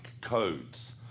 codes